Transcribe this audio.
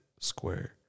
square